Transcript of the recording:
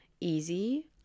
easy